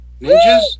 ninjas